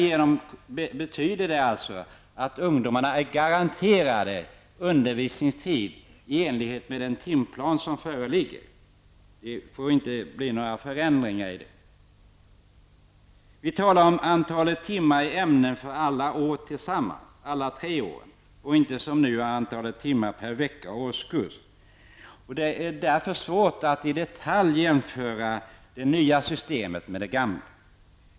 Det betyder att ungdomarna är garanterade undervisningstid i enlighet med den timplan som föreligger, och det får inte ske några förändringar i förhållande till denna. Vi talar om antalet timmar i ett ämne för alla tre åren tillsammans, och inte som nu om antalet timmar per vecka och årskurs. Det är därför svårt att i detalj jämföra det nya systemet med det gamla.